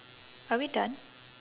are we done